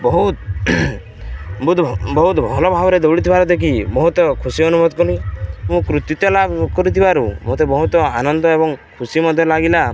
ବହୁତ ବହୁତ ବହୁତ ଭଲ ଭାବରେ ଦୌଡ଼ି ଥିବାର ଦେଖି ବହୁତ ଖୁସି ଅନୁବୋଦ କରିନ ମୁଁ କୃତିତ୍ୱ ଲାଭ କରୁଥିବାରୁ ମୋତେ ବହୁତ ଆନନ୍ଦ ଏବଂ ଖୁସି ମଧ୍ୟ ଲାଗିଲା